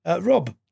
Rob